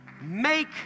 make